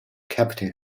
capitol